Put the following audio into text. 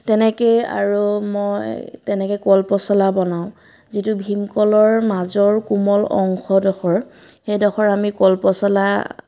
তেনেকৈয়ে আৰু মই তেনেকৈ কলপচলা বনাওঁ যিটো ভীমকলৰ মাজৰ কোমল অংশডোখৰ সেইডোখৰ আমি কলপচলা